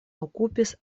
okupis